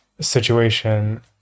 situation